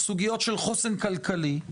סוגיות של חוסן כלכלי.